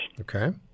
Okay